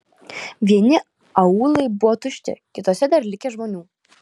vieni aūlai buvo tušti kituose dar likę žmonių